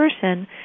person